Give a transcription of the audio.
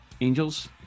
Angels